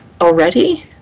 already